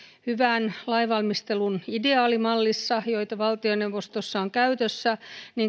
hyvän lainvalmistelun ideaalimallissa joka valtioneuvostossa on käytössä